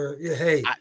Hey